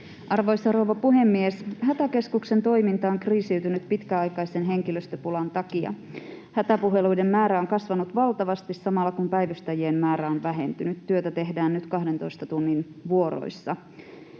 Arvoisa rouva puhemies! Hätäkeskuksen toiminta on kriisiytynyt pitkäaikaisen henkilöstöpulan takia. Hätäpuheluiden määrä on kasvanut valtavasti samalla, kun päivystäjien määrä on vähentynyt. Työtä tehdään nyt 12 tunnin vuoroissa.